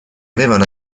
avevano